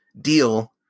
deal